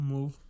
Move